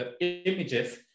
images